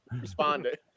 responded